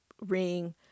ring